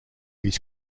his